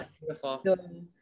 beautiful